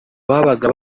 babaga